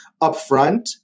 upfront